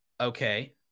okay